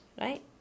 right